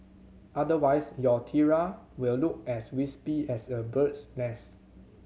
otherwise your tiara will look as wispy as a bird's nest